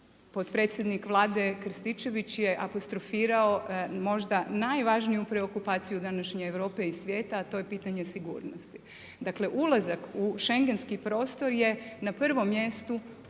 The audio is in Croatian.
Potpredsjednik Vlade Krstičević je apostrofirao možda najvažniju preokupaciju današnje Europe i svijeta, a to je pitanje sigurnosti. Dakle, ulazak u Schengenski prostor je na prvom mjestu